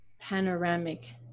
panoramic